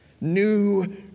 New